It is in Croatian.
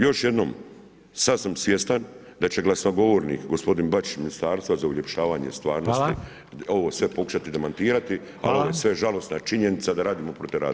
Još jednom, sad sam svjestan da će glasnogovornik, gospodin Bačić iz ministarstva za uljepšavanje stvarnosti ovo sve pokušati demantirati ali ovo je sve žalosna činjenica da radimo protiv radnika.